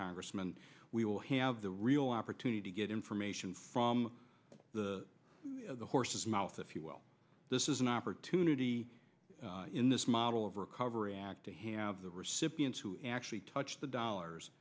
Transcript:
congressman we will have the real opportunity to get information from the horse's mouth if you will this is an opportunity in this model of recovery act to have the recipients who actually touch the dollars